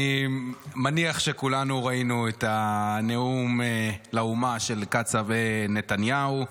אני מניח שכולנו ראינו את הנאום לאומה של קצב נתניהו,